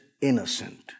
innocent